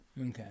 Okay